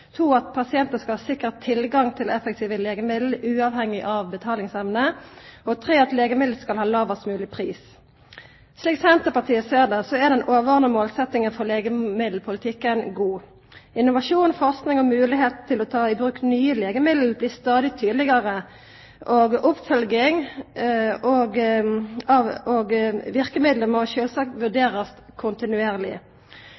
at pasientar skal ha sikkert tilgjenge til effektive legemiddel uavhengig av betalingsevne, og for det tredje at legemiddel skal ha lågast mogleg pris. Slik Senterpartiet ser det, er den overordna målsetjinga for legemiddelpolitikken god. Innovasjon, forsking og moglegheita til å ta i bruk nye legemiddel blir stadig tydelegare, og oppfølging og